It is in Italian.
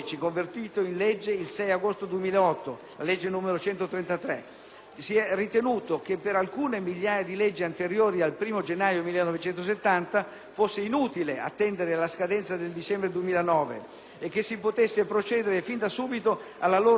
Si è ritenuto che per alcune migliaia di leggi anteriori al 1° gennaio 1970 fosse inutile attendere la scadenza del dicembre 2009 e che si potesse procedere fin da subito alla loro abrogazione iniziando così a fare pulizia nel complesso legislativo vigente.